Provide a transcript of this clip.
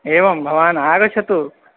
एवं भवान् आगच्छतु